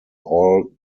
all